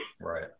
Right